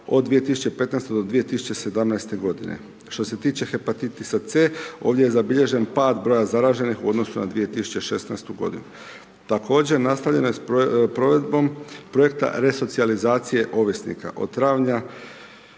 od 2015. do 2017. g. Što se tiče hepatitisa C ovdje je zabilježen pad broj zaraženih u odnosu na 2016. g. Također, nastavljeno je s provedbom projekta resocijalizacije ovisnika od travnja